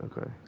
Okay